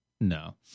No